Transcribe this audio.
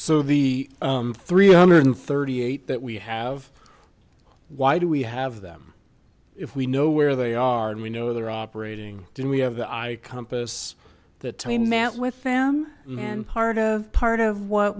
so the three hundred and thirty eight that we have why do we have them if we know where they are and we know they're operating didn't we have the i compass that we met with them and part of part of what